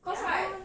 ya